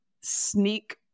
sneak